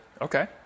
Okay